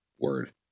word